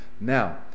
Now